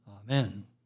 Amen